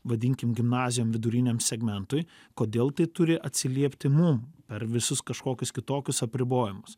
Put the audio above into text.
vadinkim gimnazijom viduriniam segmentui kodėl tai turi atsiliepti mum per visus kažkokius kitokius apribojimus